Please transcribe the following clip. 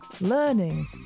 learning